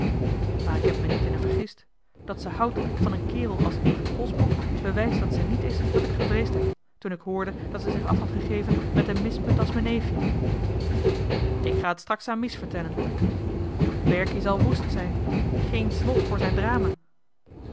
maar ik heb me niet in er vergist dat ze houdt van een kerel als evert polsbroek bewijst dat ze niet is wat ik gevreesd heb toen ik hoorde dat ze zich af had gegeven met een mispunt als me neefje ik ga het straks aan mies vertellen berkie zal woest zijn géén slot voor zijn drama